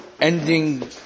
ending